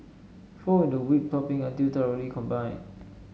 fold in the whipped topping until thoroughly combined